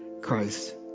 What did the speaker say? Christ